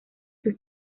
sus